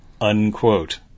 Unquote